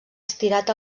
estirat